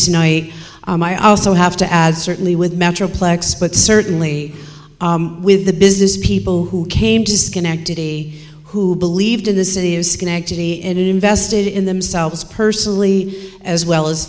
tonight i also have to add certainly with metroplex but certainly with the business people who came to schenectady who believed in this city of schenectady and invested in themselves personally as well as